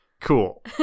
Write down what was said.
cool